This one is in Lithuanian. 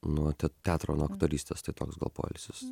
nuo teatro nuo aktorystės toks gal poilsis